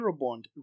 Eurobond